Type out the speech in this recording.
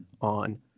on